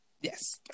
Yes